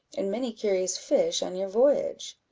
and many curious fish on your voyage.